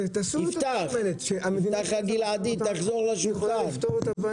יפתח תחזור לשולחן.